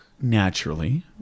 naturally